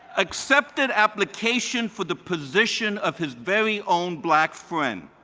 accepted application for the position of his very own black friend.